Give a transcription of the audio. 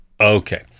Okay